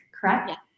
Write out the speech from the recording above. Correct